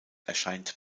erscheint